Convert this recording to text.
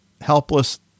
helpless